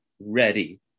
ready